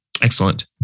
Excellent